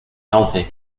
healthy